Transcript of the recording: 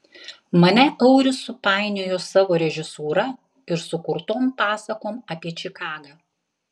mane auris supainiojo savo režisūra ir sukurtom pasakom apie čikagą